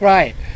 Right